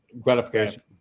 gratification